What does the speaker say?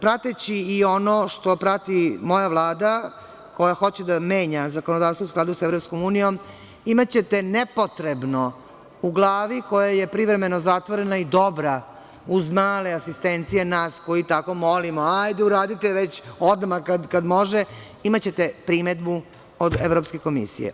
Prateći i ono što prati moja Vlada, koja hoće da menja zakonodavstvo u skladu sa EU, imaćete nepotrebno u glavi koja je privremeno zatvorena i dobra uz male asistencije nas koji tako molimo – hajde, uradite već odmah kad može, imaćete primedbu od evropske komisije.